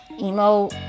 Emo